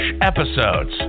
episodes